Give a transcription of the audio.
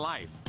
Life